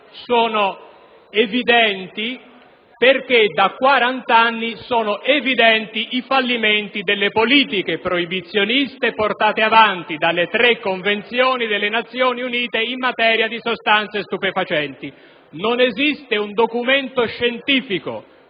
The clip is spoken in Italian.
cose evidenti, perché da 40 anni sono evidenti i fallimenti delle politiche proibizioniste portate avanti dalle tre Convenzioni delle Nazione Unite in materia di sostanze stupefacenti. Non esiste un documento scientifico